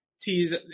tease